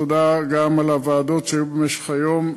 תודה גם על ישיבות הוועדות שהיו במשך היום,